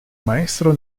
maestro